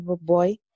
boy